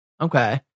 okay